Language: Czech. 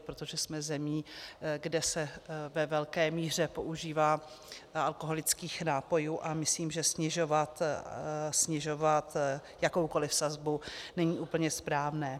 Protože jsme zemí, kde se ve velké míře požívá alkoholických nápojů, a myslím, že snižovat jakoukoliv sazbu není úplně správné.